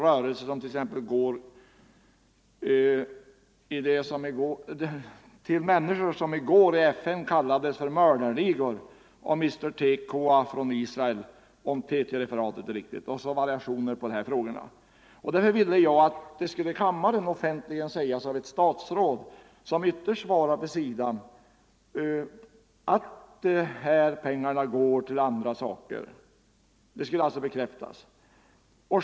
— människor som under gårdagen i FN kallades för mördarligor av mr Tekoah från Israel, om TT referatet är riktigt. Det finns ytterligare variationer på dessa frågor. Därför ville jag att det skulle sägas offentligt i kammaren av det statsråd som ytterst svarar för SIDA att dessa pengar går till andra saker, och det kan alltså bekräftas.